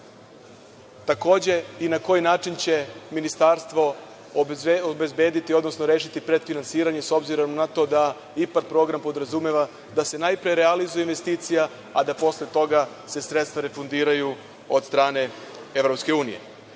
i na koji način će Ministarstvo obezbediti, odnosno rešiti predfinansiranje, s obzirom na to da ipak program podrazumeva da se, najpre realizuje investicija, a da posle doga se sredstva refundiraju od strane